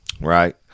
right